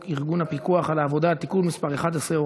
ארגון הפיקוח על העבודה (תיקון מס' 11,